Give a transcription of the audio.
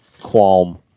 Qualm